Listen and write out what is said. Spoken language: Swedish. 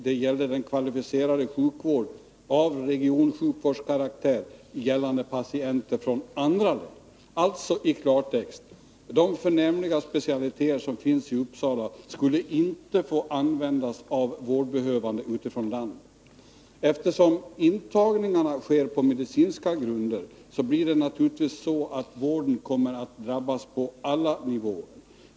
Det gällde den kvalificerade sjukvården av regionsjukvårdskaraktär avseende patienter från andra län. I klartext: de förnämliga specialiteter som finns i Uppsala skulle inte få användas av vårdbehövande från övriga delar av landet. Eftersom intagningarna sker på medicinska grunder, blir det naturligtvis så att vården kommer att drabbas på alla nivåer.